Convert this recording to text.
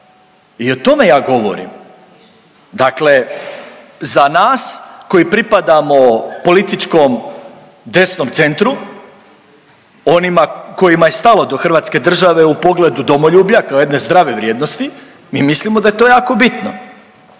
i o tome ja govorim. Dakle za nas koji pripadamo političkom desnom centru, onima kojima je stalo do Hrvatske države u pogledu domoljublja kao jedne zdrave vrijednosti, mi mislimo da je to jako bitno,